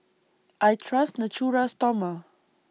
I Trust Natura Stoma